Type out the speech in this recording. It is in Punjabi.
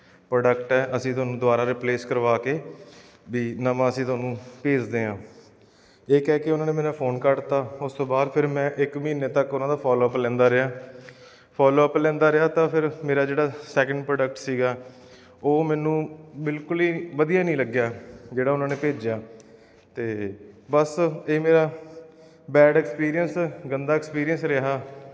ਪ੍ਰੋਡਕਟ ਹੈ ਅਸੀਂ ਤੁਹਾਨੂੰ ਦੁਬਾਰਾ ਰਿਪਲੇਸ ਕਰਵਾ ਕੇ ਵੀ ਨਵਾਂ ਅਸੀਂ ਤੁਹਾਨੂੰ ਭੇਜਦੇ ਹਾਂ ਇਹ ਕਹਿ ਕੇ ਉਹਨਾਂ ਨੇ ਮੇਰਾ ਫੋਨ ਕੱਟ ਦਿੱਤਾ ਉਸ ਤੋਂ ਬਾਅਦ ਫਿਰ ਮੈਂ ਇੱਕ ਮਹੀਨੇ ਤੱਕ ਉਹਨਾਂ ਦਾ ਫੋਲੋ ਅਪ ਲੈਂਦਾ ਰਿਹਾ ਫੋਲੋ ਅਪ ਲੈਂਦਾ ਰਿਹਾ ਤਾਂ ਫਿਰ ਮੇਰਾ ਜਿਹੜਾ ਸੈਕਿੰਡ ਪ੍ਰੋਡਕਟ ਸੀਗਾ ਉਹ ਮੈਨੂੰ ਬਿਲਕੁਲ ਹੀ ਵਧੀਆ ਨਹੀਂ ਲੱਗਿਆ ਜਿਹੜਾ ਉਹਨਾਂ ਨੇ ਭੇਜਿਆ ਅਤੇ ਬਸ ਇਹ ਮੇਰਾ ਬੈਡ ਐਕਸਪੀਰੀਅੰਸ ਗੰਦਾ ਐਕਸਪੀਰੀਅੰਸ ਰਿਹਾ